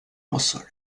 aussage